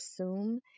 assume